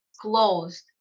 closed